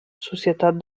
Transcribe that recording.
societat